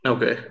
Okay